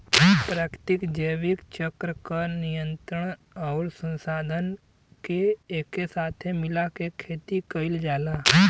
प्राकृतिक जैविक चक्र क नियंत्रण आउर संसाधन के एके साथे मिला के खेती कईल जाला